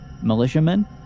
militiamen